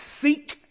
seek